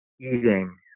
eating